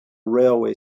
railway